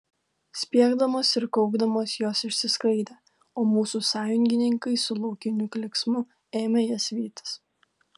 spiegdamos ir kaukdamos jos išsisklaidė o mūsų sąjungininkai su laukiniu klyksmu ėmė jas vytis